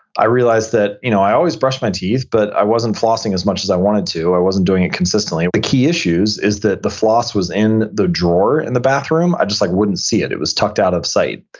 i realized that you know i always brushed my teeth, but i wasn't flossing as much as i wanted to, or i wasn't doing it consistently. the key issue is that the floss was in the drawer in the bathroom, i just like wouldn't see it. it was tucked out of sight.